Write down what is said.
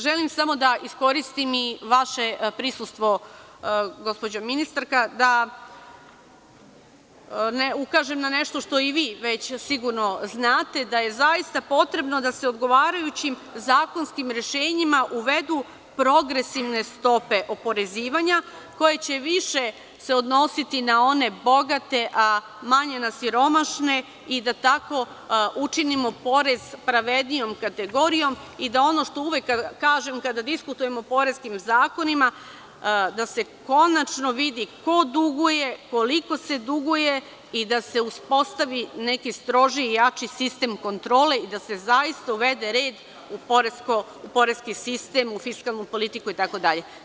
Želim samo da iskoristim i vaše prisustvo, gospođo ministarka, da ukažem na nešto što i vi sigurno znate, da je zaista potrebno da se odgovarajućim zakonskim rešenjima uvedu progresivne stope oporezivanja, koje će se više odnositi na one bogate, a manje na siromašne i da tako učinimo porez pravednijom kategorijom i da se, ono što uvek kažem kada diskutujemo o poreskim zakonima, konačno vidi ko duguje, koliko se duguje i da se uspostavi neki strožiji, jači sistem kontrole, kao i da se zaista uvede red u poreski sistem,u fiskalnu politiku itd.